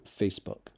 Facebook